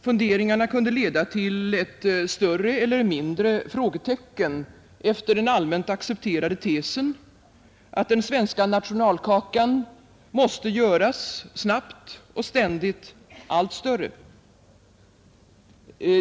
Funderingarna kunde leda till ett större eller mindre frågetecken efter den allmänt accepterade tesen att den svenska nationalkakan måste göras snabbt och ständigt allt större.